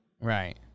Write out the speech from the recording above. Right